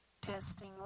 testing